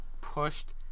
pushed